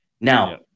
Now